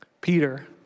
Peter